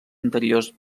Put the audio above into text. interiors